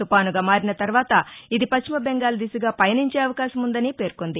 తుపానుగా మారిన తర్వాత ఇది పశ్చిమ బెంగాల్ దిశగా పయనించే అవకాశముందని పేర్కొంది